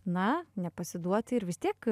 na nepasiduoti ir vis tiek